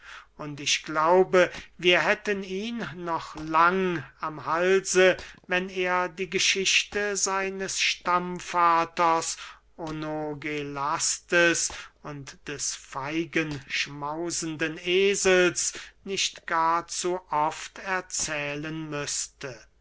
und ich glaube wir hätten ihn noch lang am halse wenn er die geschichte seines stammvaters onogelastes und des feigenschmausenden esels nicht gar zu oft erzählen müßte